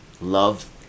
love